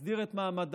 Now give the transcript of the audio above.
יסדיר את מעמדם,